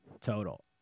total